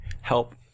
help